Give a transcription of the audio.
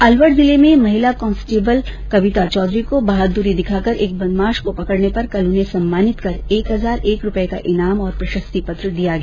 अलवर जिले में महिला कांस्टेबल कविता चौघरी को बहादुरी दिखाकर एक बदमाश को पकड़ने पर कल उन्हें सम्मानित कर एक हजार एक रुपए को ईनाम और प्रशस्ति पत्र दिया गया